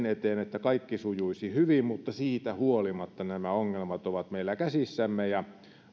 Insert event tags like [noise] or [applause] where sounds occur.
[unintelligible] eteen että kaikki sujuisi hyvin mutta siitä huolimatta nämä ongelmat ovat meillä käsissämme